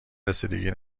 رسیدگی